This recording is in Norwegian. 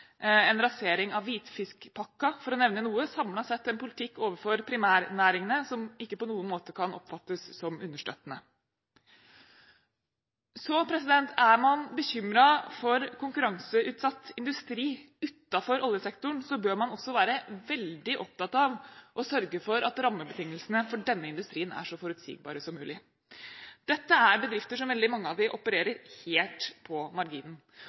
en rasering av hvitfiskpakken for å nevne noe – samlet sett en politikk overfor primærnæringene som ikke på noen måte kan oppfattes som understøttende. Er man bekymret for konkurranseutsatt industri utenfor oljesektoren, bør man også være veldig opptatt av å sørge for at rammebetingelsene for denne industrien er så forutsigbare som mulig. Dette er bedrifter hvor veldig mange av dem opererer helt på marginen.